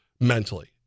mentally